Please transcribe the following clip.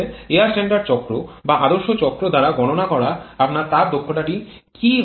তাহলে air standard চক্র বা আদর্শ চক্র দ্বারা গণনা করা আপনার তাপ দক্ষতাটি কী হবে